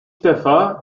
defa